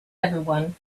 everyone